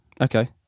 Okay